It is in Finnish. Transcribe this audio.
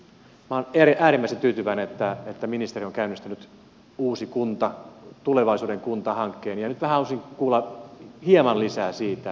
minä olen äärimmäisen tyytyväinen että ministeri on käynnistänyt uusi kunta hankkeen tulevaisuuden kunta hankkeen ja nyt haluaisin kuulla hieman lisää siitä mitä se voisi tarkoittaa